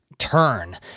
Turn